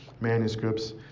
manuscripts